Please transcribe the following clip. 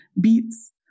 beats